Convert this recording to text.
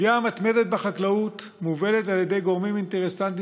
הפגיעה המתמדת בחקלאות מובלת על ידי גורמים אינטרסנטיים